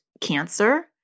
cancer